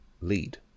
lead